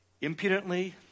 Impudently